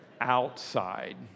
Outside